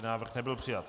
Návrh nebyl přijat.